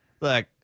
look